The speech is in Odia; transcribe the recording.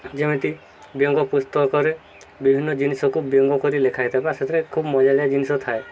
ଯେମିତି ବ୍ୟଙ୍ଗ ପୁସ୍ତକରେ ବିଭିନ୍ନ ଜିନିଷକୁ ବ୍ୟଙ୍ଗ କରି ଲେଖା ହେଇଥାଏ ସେଥିରେ ଖୁବ ମଜାଦାର ଜିନିଷ ଥାଏ